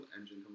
Engine